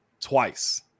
twice